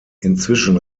inzwischen